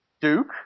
Duke